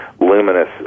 luminous